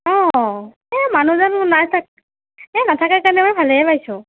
অ' এই মানুহজন নাই এই নাথাকাৰ কাৰণে মই ভালে পাইছোঁ